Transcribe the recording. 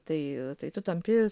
tai tai tu tampi